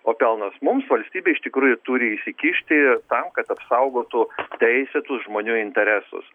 o pelnas mums valstybė iš tikrųjų turi įsikišti tam kad apsaugotų teisėtus žmonių interesus